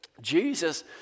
Jesus